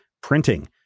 printing